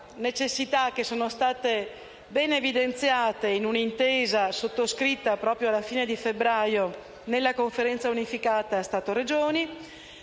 necessità che sono state ben evidenziate in un'intesa sottoscritta proprio alla fine di febbraio nella Conferenza unificata Stato-Regioni.